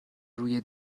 روی